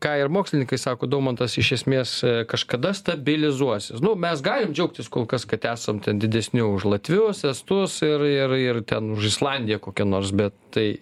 ką ir mokslininkai sako daumantas iš esmės kažkada stabilizuosis nu mes galim džiaugtis kol kas kad esam ten didesni už latvius estus ir ir ir ten islandiją kokia nors bet tai